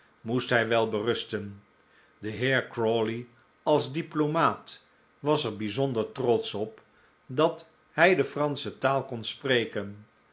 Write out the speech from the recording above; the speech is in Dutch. moest hij wel berusten de heer crawley als diplomaat was er bijzonder trotsch op dat hij de fransche taal kon spreken